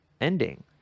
ending